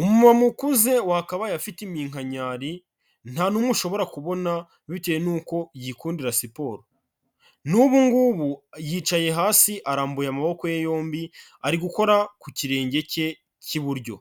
Umumama ukuze wakabaye afite iminkanyari nta n'umwe ushobora kubona bitewe nuko yikundira siporo, n'ubu ngubu yicaye hasi arambuye amaboko ye yombi ari gukora ku kirenge cye cy'iburyo,